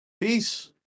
Peace